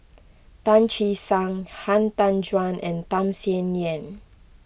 Tan Che Sang Han Tan Juan and Tham Sien Yen